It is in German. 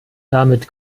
damit